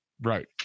Right